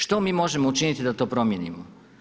Što mi možemo učiniti da to promijenimo?